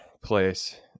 place